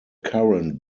current